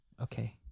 Okay